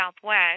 southwest